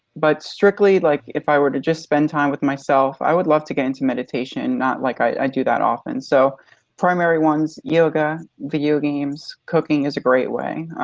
but strictly like if i were to just spend time with myself i would love to get into meditation, not like i do that often. so primary ones, yoga, video games, cooking is a great way.